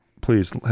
Please